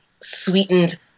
sweetened